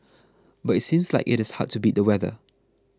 but it seems like it is hard to beat the weather